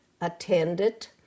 attended